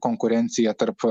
konkurencija tarp